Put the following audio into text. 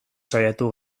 saiatu